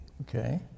Okay